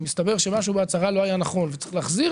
ומסתבר שמשהו בהצהרה לא היה נכון וצריך להחזיר,